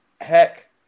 Heck